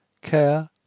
care